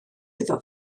iddo